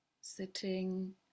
sitting